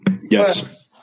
Yes